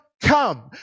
come